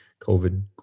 COVID